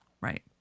right